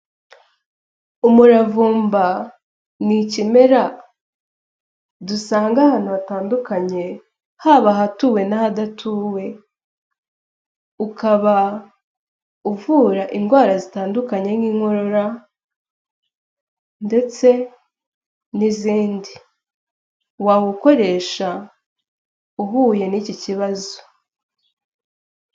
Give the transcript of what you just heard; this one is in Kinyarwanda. Umuravumba ni ikimera dusanga ahantu hatandukanye haba hatuwe n'ahadatuwe, ukaba uvura indwara zitandukanye nk'inkorora ndetse n'izindi wawukoresha uhuye n'iki kibazo.